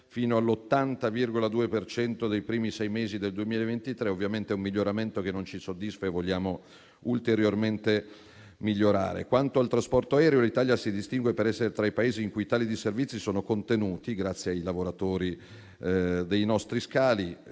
per cento dei primi sei mesi del 2023: ovviamente questi dati, pur positivi, non bastano a soddisfarci e vogliamo ulteriormente migliorare. Quanto al trasporto aereo, l'Italia si distingue per essere tra i Paesi in cui i tagli di servizi sono contenuti, grazie ai lavoratori dei nostri scali.